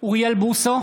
אוריאל בוסו,